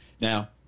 Now